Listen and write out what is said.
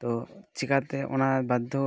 ᱛᱚ ᱪᱤᱠᱟᱛᱮ ᱚᱱᱟ ᱵᱟᱫᱽᱫᱷᱚ